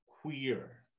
queer